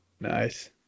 Nice